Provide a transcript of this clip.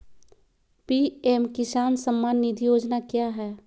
PM किसान सम्मान निधि योजना क्या है?